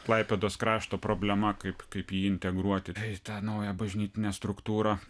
klaipėdos krašto problema kaip kaip jį integruoti į tą naują bažnytinę struktūrą